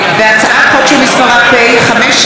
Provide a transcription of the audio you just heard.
הצעת חוק המקרקעין (תיקון,